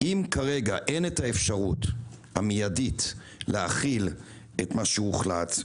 אם כרגע אין האפשרות המיידית להחיל את מה שהוחלט,